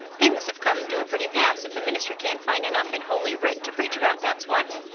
things have come to a pretty pass if a minister can't find enough in holy writ to preach about, that's what.